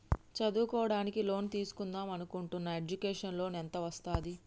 చదువుకోవడానికి లోన్ తీస్కుందాం అనుకుంటున్నా ఎడ్యుకేషన్ లోన్ ఎంత వస్తది?